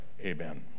Amen